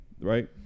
right